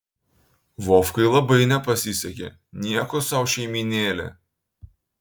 vovkai labai nepasisekė nieko sau šeimynėlė